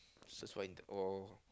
search for into oh